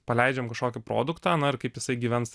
paleidžiam kažkokį produktą na ir kaip jisai gyvens